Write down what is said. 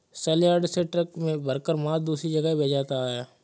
सलयार्ड से ट्रक में भरकर मांस दूसरे जगह भेजा जाता है